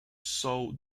sold